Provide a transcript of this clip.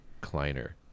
kleiner